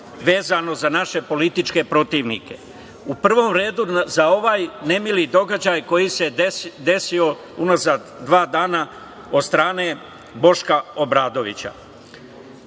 vezano za naše političke protivnike.U prvom redu za ovaj nemili događaj koji se desio unazad dva dana, a od strane Boška Obradovića.